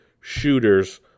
shooters